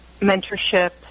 mentorship